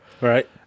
Right